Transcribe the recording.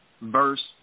Verse